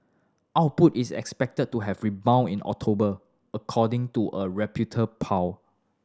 output is expected to have rebound in October according to a Reputer poll